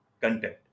content